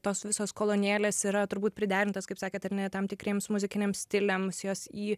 tos visos kolonėlės yra turbūt priderintos kaip sakėt ar ne tam tikriems muzikiniams stiliams jos į